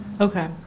Okay